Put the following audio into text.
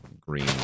green